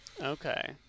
okay